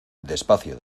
despacio